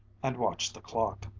and watched the clock.